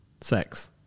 sex